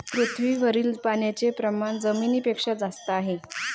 पृथ्वीवरील पाण्याचे प्रमाण जमिनीपेक्षा जास्त आहे